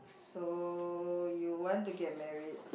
so you want to get married